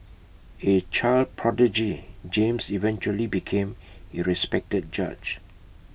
A child prodigy James eventually became A respected judge